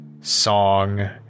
song